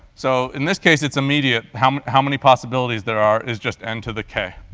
so in this case, it's immediate how how many possibilities there are is just n to the k.